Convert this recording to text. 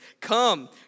come